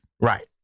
Right